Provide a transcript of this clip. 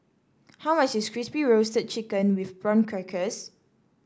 how much is Crispy Roasted Chicken with Prawn Crackers